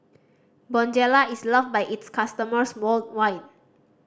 Bonjela is loved by its customers worldwide